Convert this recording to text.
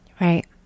Right